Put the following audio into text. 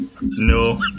No